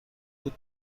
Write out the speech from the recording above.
بود